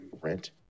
rent